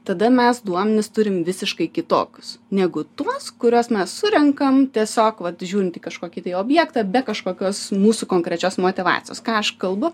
tada mes duomenis turim visiškai kitokius negu tuos kuriuos mes surenkam tiesiog vat žiūrint į kažkokį tai objektą be kažkokios mūsų konkrečios motyvacijos ką aš kalbu